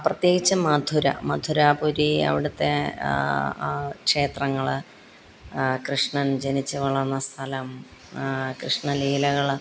പ്രത്യേകിച്ചും മധുര മധുരാപുരി അവിടുത്തെ ആ ക്ഷേത്രങ്ങൾ കൃഷ്ണന് ജനിച്ച് വളര്ന്ന സ്ഥലം കൃഷ്ണലീലകൾ